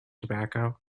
tobacco